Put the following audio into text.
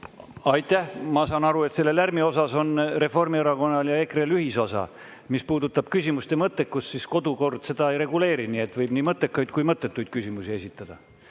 Aitäh! Ma saan aru, et selle lärmi puhul on Reformierakonnal ja EKRE-l ühisosa. Mis puudutab küsimuste mõttekust, siis kodukord seda ei reguleeri, nii et võib nii mõttekaid kui mõttetuid küsimusi esitada.